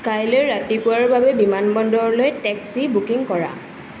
কাইলৈ ৰাতিপুৱাৰ বাবে বিমানবন্দৰলৈ টেক্সি বুকিং কৰা